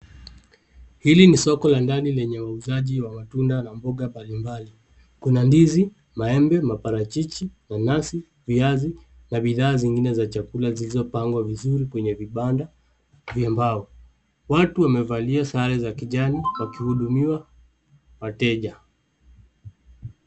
Hili ni soko la ndani lenye wauzaji wa matunda na mboga mbalimbali. Kuna ndizi, maembe, maparachichi, mananasi, viazi na bidhaa zingine za chakula zinazopangwa vizuri kwenye vibanda vya mbao. Watu wamevalia sare za kijani wakihudumia wateja.